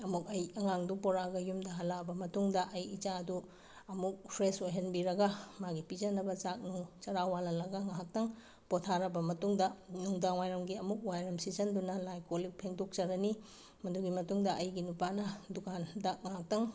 ꯑꯃꯨꯛ ꯑꯩ ꯑꯉꯥꯡꯗꯨ ꯄꯣꯔꯛꯑꯒ ꯌꯨꯝꯗ ꯍꯜꯂꯛꯑꯕ ꯃꯇꯨꯡꯗ ꯑꯩ ꯏꯆꯥꯗꯨ ꯑꯃꯨꯛ ꯐ꯭ꯔꯦꯁ ꯑꯣꯏꯍꯟꯕꯤꯔꯒ ꯃꯥꯒꯤ ꯄꯤꯖꯅꯕ ꯆꯥꯛꯅꯨꯡ ꯆꯔꯥ ꯋꯥꯜꯍꯜꯂꯒ ꯉꯍꯥꯛꯇꯪ ꯄꯣꯊꯥꯔꯕ ꯃꯇꯨꯡꯗ ꯅꯨꯡꯗꯥꯡ ꯋꯥꯏꯔꯝꯒꯤ ꯑꯃꯨꯛ ꯋꯥꯏꯔꯝ ꯁꯤꯠꯆꯤꯟꯗꯨꯅ ꯂꯥꯏ ꯀꯣꯜꯂꯤꯛ ꯐꯦꯡꯗꯣꯛꯆꯒꯅꯤ ꯑꯗꯨꯒꯤ ꯃꯇꯨꯡꯗ ꯑꯩꯒꯤ ꯅꯨꯄꯥꯅ ꯗꯨꯀꯥꯟꯗ ꯉꯥꯏꯍꯥꯛꯇꯪ